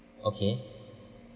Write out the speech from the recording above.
okay